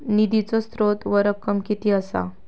निधीचो स्त्रोत व रक्कम कीती असा?